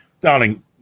darling